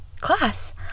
class